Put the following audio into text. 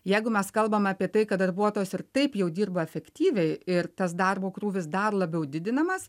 jeigu mes kalbame apie tai kad darbuotojas ir taip jau dirba efektyviai ir tas darbo krūvis dar labiau didinamas